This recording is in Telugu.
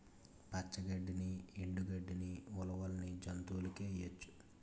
పచ్చ గడ్డిని ఎండు గడ్డని ఉలవల్ని జంతువులకేయొచ్చు